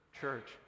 church